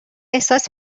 احساس